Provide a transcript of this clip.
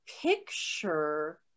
picture